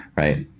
right?